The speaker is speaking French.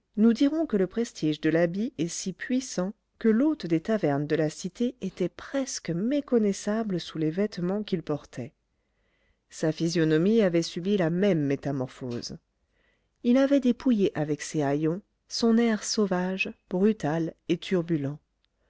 nous dirons que le prestige de l'habit est si puissant que l'hôte des tavernes de la cité était presque méconnaissable sous les vêtements qu'il portait sa physionomie avait subi la même métamorphose il avait dépouillé avec ses haillons son air sauvage brutal et turbulent